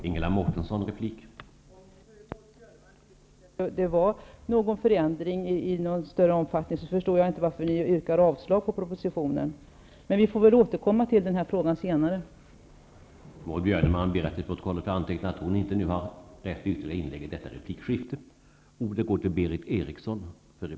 Herr talman! Om Maud Björnemalm inte tycker att det är fråga om en ändring av någon större omfattning, förstår jag inte varför ni yrkar avslag på propositionen. Vi får väl återkomma till frågan senare.